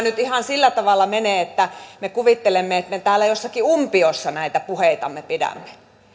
nyt ihan sillä tavalla mene että me kuvittelemme että me täällä jossakin umpiossa näitä puheitamme pidämme